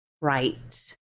Right